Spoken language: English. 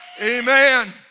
Amen